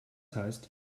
heißt